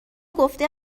گفته